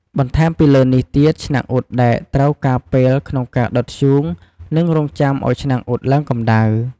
បន្ថែមពីលើនេះទៀត ឆ្នាំងអ៊ុតដែកត្រូវការពេលក្នុងការដុតធ្យូង និងរង់ចាំឱ្យឆ្នាំងអ៊ុតឡើងកម្ដៅ។